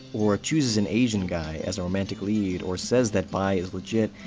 or chooses an asian guy as a romantic lead, or says that bi is legit,